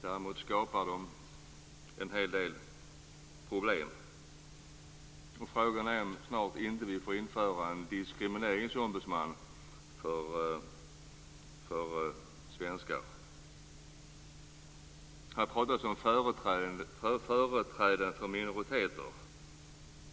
Däremot skapar de en hel del problem. Frågan är om vi inte snart får införa en diskrimineringsombudsman för svenskar. Här talas om företrädare för minoriteter.